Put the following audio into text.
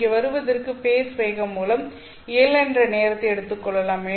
இங்கு வருவதற்கு ஃபேஸ் வேகம் மூலம் L என்ற நேரத்தை எடுத்துக் கொள்ளலாம்